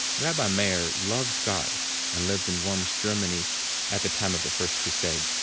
rabbi meir loved god and lived in worms, germany at the time of the first crusade.